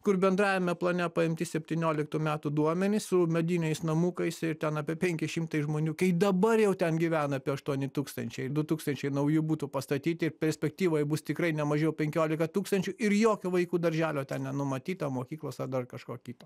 kur bendrajame plane paimti septyniolktų metų duomenys su mediniais namukais ir ten apie penki šimtai žmonių kai dabar jau ten gyvena apie aštuoni tūistančiai du tūkstančiai naujų butų pastatyti ir perspektyvoj bus tikrai ne mažiau penkiolika tūkstančių ir jokio vaikų darželio ten nenumatyta mokyklos ar dar kažko kito